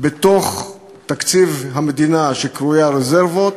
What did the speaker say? בתוך תקציב המדינה שקרוי רזרבות,